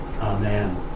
Amen